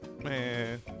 Man